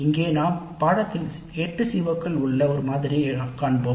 இங்கே நாம் பாடநெறியில் 8 சிஓக்கள் உள்ள ஒரு மாதிரியைக் காட்டியுள்ளன